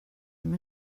ddim